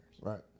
Right